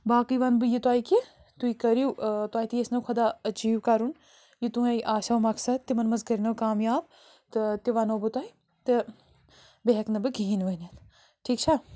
باقٕے وَنہٕ بہٕ یہِ تۄہہِ کہِ تُہۍ کٔرِو تۄہہِ تہِ ییٚژھنو خۄدا أچیٖو کَرُن یہِ تُہِنٛدۍ آسیو مقصد تِمَن منٛز کٔرۍنو کامیاب تہٕ تہِ وَنو بہٕ تۄہہِ تہٕ بیٚیہِ ہٮ۪کہٕ نہٕ بہٕ کِہیٖنۍ ؤنِتھ ٹھیٖک چھےٚ